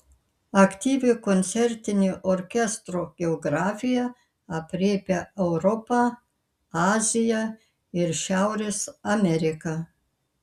aktyvi koncertinė orkestro geografija aprėpia europą aziją ir šiaurės ameriką